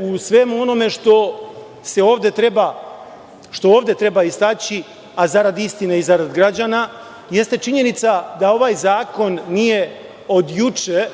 u svemu onome što ovde treba istaći, a zarad istine i zarad građana, jeste činjenica da ovaj zakon nije od juče